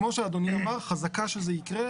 כמו שאדוני אמר, חזקה שזה יקרה.